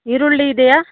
ಈರುಳ್ಳಿ ಇದೆಯಾ